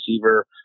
receiver